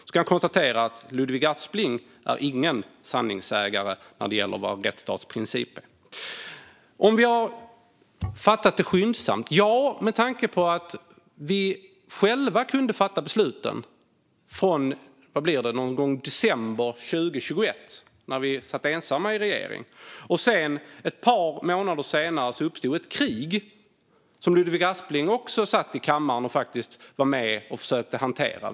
Jag kan konstatera att Ludvig Aspling inte är någon sanningssägare när det gäller vad en rättsstatsprincip är. Har vi agerat skyndsamt? Ja, med tanke på att vi kunde fatta besluten själva från någon gång i december 2021, när vi satt ensamma i regering. Sedan, ett par månader senare, utbröt ett krig, vilket Ludvig Aspling faktiskt också var med och försökte hantera här i kammaren.